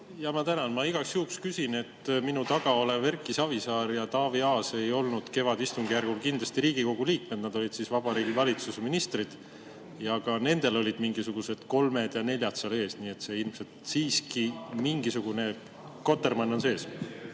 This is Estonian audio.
Ma tänan. Ma igaks juhuks küsin, et minu taga olev Erki Savisaar ja Taavi Aas ei olnud kevadistungjärgul kindlasti Riigikogu liikmed, nad olid siis Vabariigi Valitsuse ministrid, ja ka nendel olid mingisugused kolmed ja neljad seal ees, nii et siin ilmselt siiski mingisugune kotermann on sees.